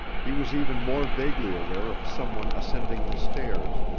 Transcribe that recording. he was even more vaguely aware of someone ascending the stairs,